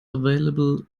available